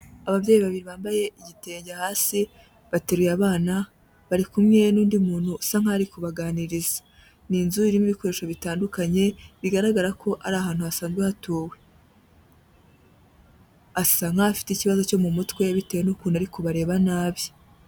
Ababyeyi babiri bambaye igitenge hasi bateruye abana, bari kumwe n'undi muntu usa nkaho ari kubaganiriza, ni inzu irimo ibikoresho bitandukanye, bigaragara ko ari ahantu hasanzwe hatuwe, asa nkaho afite ikibazo cyo mu mutwe bitewe n'uko ari kubareba nabi.